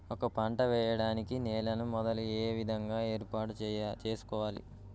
ఒక పంట వెయ్యడానికి నేలను మొదలు ఏ విధంగా ఏర్పాటు చేసుకోవాలి?